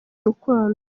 rukundo